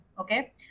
Okay